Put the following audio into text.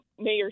Mayor